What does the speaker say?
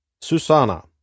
Susanna